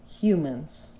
humans